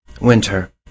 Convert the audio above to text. Winter